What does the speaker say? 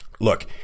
look